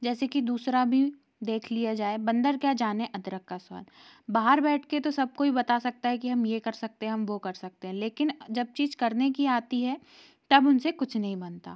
जैसे कि दूसरा भी देख लिया जाए बंदर क्या जाने अदरक का स्वाद बाहर बैठ के तो सब कोई बता सकता है कि हम ये कर सकते है हम वो कर सकते हैं लेकिन जब चीज करने की आती है तब उनसे कुछ नहीं बनता